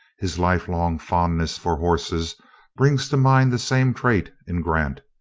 his lifelong fondness for horses brings to mind the same trait in grant,